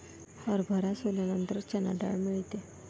हरभरा सोलल्यानंतर चणा डाळ मिळते